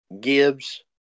gibbs